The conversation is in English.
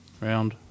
round